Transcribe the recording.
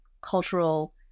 cultural